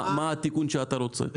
מה התיקון שאתה רוצה?